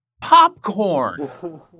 Popcorn